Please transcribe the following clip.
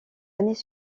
années